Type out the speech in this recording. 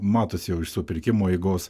matos jau iš supirkimo eigos